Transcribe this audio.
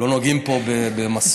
לא נוגעים פה במסורת.